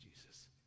Jesus